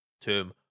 term